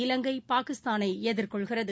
இலங்கை பாகிஸ்தானைஎதிர்கொள்கிறது